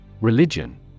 Religion